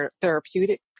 therapeutic